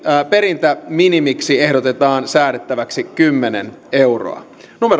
perintäminimiksi ehdotetaan säädettäväksi kymmenen euroa